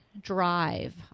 drive